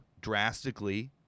drastically